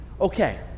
Okay